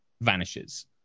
vanishes